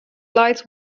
lights